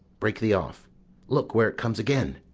break thee off look where it comes again!